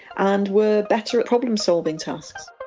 and were better at problem-solving tasks.